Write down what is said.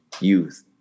youth